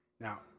now